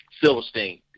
Silverstein